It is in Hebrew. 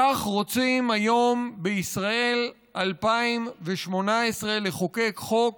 כך, רוצים היום בישראל 2018 לחוקק חוק